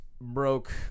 broke